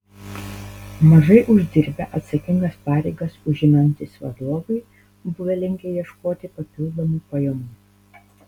mažai uždirbę atsakingas pareigas užimantys vadovai buvo linkę ieškoti papildomų pajamų